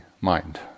mind